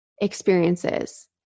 experiences